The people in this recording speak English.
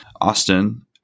Austin